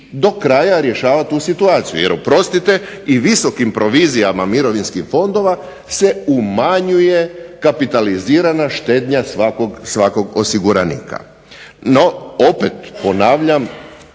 do kraja rješavati tu situaciju, jer oprostite i visokim provizijama mirovinskih fondova se umanjuje kapitalizirana štednja svakog osiguranika. No opet ponavljam